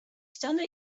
ścianę